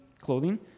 clothing